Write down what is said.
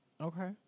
Okay